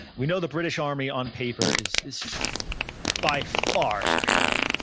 we know the british army, on paper, is is by far superior,